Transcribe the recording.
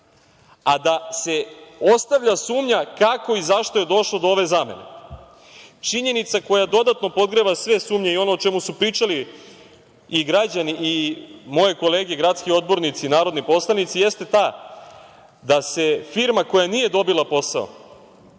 a da se ostavlja sumnja kako i zašto je došlo do ove zamene. Činjenica koja dodatno podgreva sve sumnje i ono o čemu su pričali i građani i moje kolege gradski odbornici, narodni poslanici jeste ta da se firma koja nije dobila posao